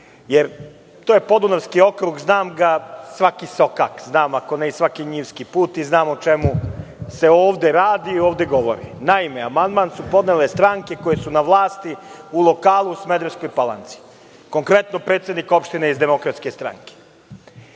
To je Podunavski okrug, znam svaki sokak znam, ako ne i svaki njivski put i znam o čemu se ovde radi i ovde govori. Naime, amandman su podnele stranke koje su na vlasti u lokalu u Smederevskoj Palanci. Konkretno, predsednik opštine iz DS. Ovde se